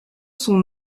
son